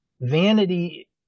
Vanity